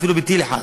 אפילו טיל אחד.